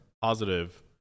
positive